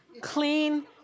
Clean